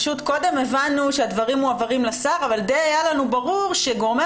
קודם הבנו שהדברים מועברים לשר אבל די היה לנו ברור שגורמי